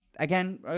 Again